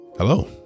Hello